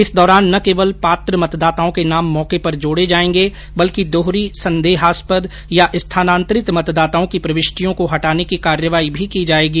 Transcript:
इस दौरान न केवल पात्र मतदाताओं के नाम मौके पर जोड़े जाएंगे बल्कि दोहरी संदेहास्पद या स्थानान्तरित मतदाताओं की प्रविष्टियों को हटाने की कार्यवाही भी की जाएगी